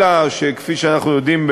אלא שכפי שאנחנו יודעים,